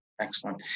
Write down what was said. Excellent